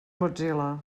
mozilla